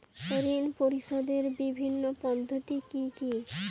ঋণ পরিশোধের বিভিন্ন পদ্ধতি কি কি?